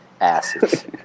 asses